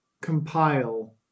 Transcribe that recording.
compile